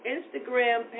Instagram